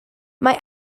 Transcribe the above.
mae